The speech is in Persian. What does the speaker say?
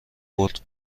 برد